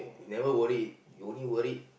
you never worried you only worried